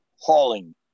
hauling